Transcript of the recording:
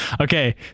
Okay